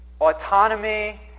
Autonomy